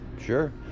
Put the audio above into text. sure